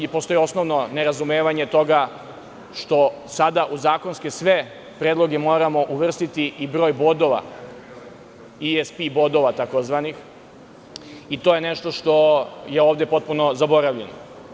Postoji osnovno nerazumevanje toga što sada u sve zakonske predloge moramo uvrstiti i broj bodova, takozvanih ESP bodova, i to je nešto što je ovde potpuno zaboravljeno.